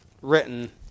written